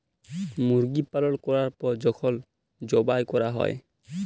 মুরগি পালল ক্যরার পর যখল যবাই ক্যরা হ্যয়